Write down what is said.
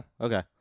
okay